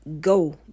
go